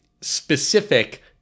specific